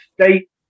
state